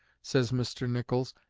says mr. nichols,